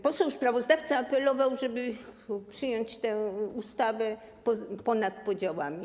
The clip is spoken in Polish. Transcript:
Poseł sprawozdawca apelował, żeby przyjąć tę ustawę ponad podziałami.